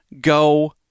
go